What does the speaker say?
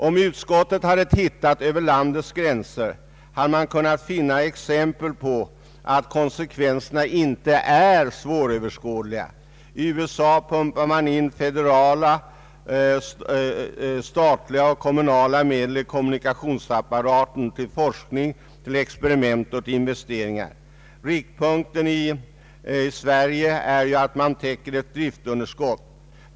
Om utskottet hade tittat ut över landets gränser, hade det kunnat finna exempel på att konsekvenserna inte är svåröverskådliga. I USA pumpar man in federala, statliga och kommunala medel i kommunikationsapparaten = till forskning, till experiment och till investeringar. Riktpunkten i Sverige är ju att man täcker ett driftunderskott.